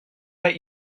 bet